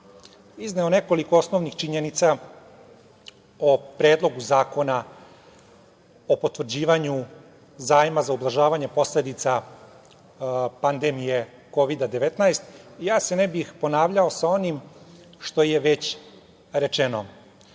izneo nekoliko osnovnih činjenica o Predlogu zakona o potvrđivanju zajma za ublažavanje posledica pandemije Kovida-19 i ja se ne bih ponavljao sa onim što je već rečeno.